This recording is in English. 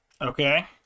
Okay